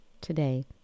today